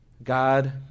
God